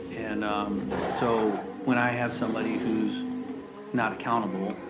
and um so when i have somebody who's not accountable,